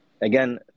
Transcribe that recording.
again